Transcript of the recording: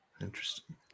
Interesting